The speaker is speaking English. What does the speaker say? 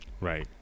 Right